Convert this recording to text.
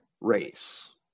race